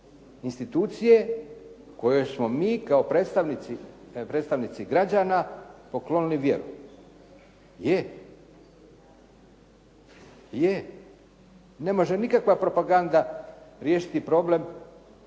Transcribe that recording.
institucije kojoj smo mi kao predstavnici građana poklonili vjeru? Je. Ne može nikakva propaganda riješiti problem,